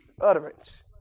utterance